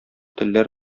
телләр